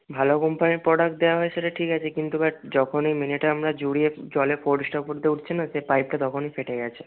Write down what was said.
ভালো কোম্পানির প্রডাক্ট দেয়া হয় সেটা ঠিক আছে কিন্তু বাট যখনই মিনিয়েটা আমরা জুড়িয়ে জলের ফোর্সটা উপর দে উঠছে না সে পাইপটা তখনই ফেটে গেছে